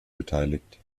beteiligt